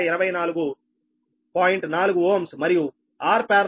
4 Ω మరియు Rparallel p